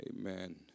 Amen